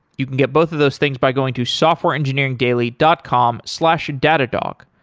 you can get both of those things by going to softwareengineeringdaily dot com slash datadog.